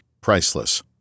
priceless